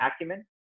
acumen